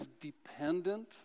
dependent